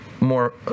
more